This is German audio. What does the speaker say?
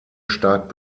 stark